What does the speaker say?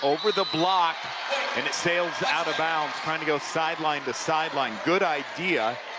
over the block and it sails out of bounds trying to go sideline to sideline. good idea,